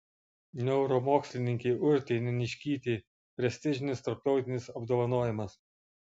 neuromokslininkei urtei neniškytei prestižinis tarptautinis apdovanojimas